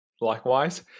Likewise